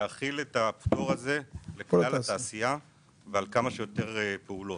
להחיל את הפטור הזה על כל התעשייה ועל כמה שיותר פעולות.